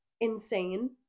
insane